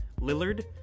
Lillard